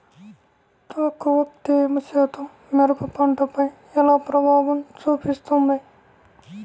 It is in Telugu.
తక్కువ తేమ శాతం మిరప పంటపై ఎలా ప్రభావం చూపిస్తుంది?